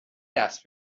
دست